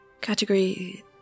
Category